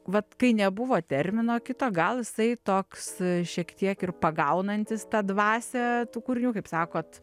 vat kai nebuvo termino kito gal jisai toks šiek tiek ir pagaunantis tą dvasią tų kūrinių kaip sakot